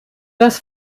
das